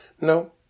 No